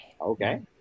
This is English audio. Okay